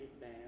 man